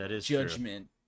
judgment